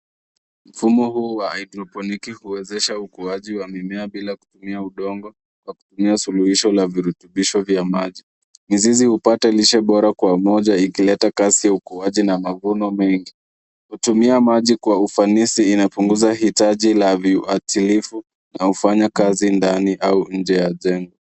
Mfumo huu wa hydroponic huwezesha ukuaji wa mimea bila kutumia udongo, kwa kutumia suluhisho la virutubisho vya maji. Mizizi hupata lishe bora kwa umoja ikileta kasi ya ukuaji na mavuno mengi. Hutumia maji kwa ufanisi, inapunguza hitaji la viuatilifu na hufanya kazi ndani au nje ya jengo.